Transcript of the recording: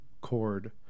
cord